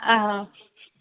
ஆ ஆ